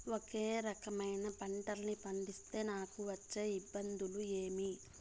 ఒకే రకమైన పంటలని పండిస్తే నాకు వచ్చే ఇబ్బందులు ఏమి?